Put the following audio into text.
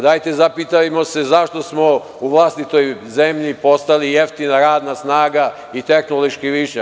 Dajte, zapitajmo se zašto smo u vlastitoj zemlji postali jeftina radna snaga i tehnološki višak?